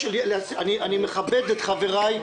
אני מכבד את חבריי,